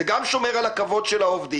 זה גם שומר על הכבוד של העובדים,